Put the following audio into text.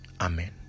Amen